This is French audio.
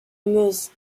meuse